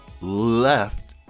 left